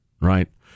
right